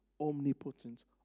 omnipotent